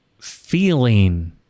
feeling